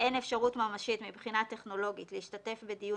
ואין לו תשתית אינטרנט,